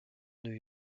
new